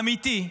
אמיתי,